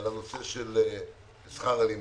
לגביו, הנושא של שכר הלימוד.